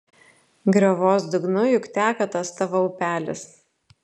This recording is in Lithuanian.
griovos dugnu juk teka tas tavo upelis